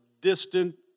distant